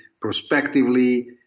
prospectively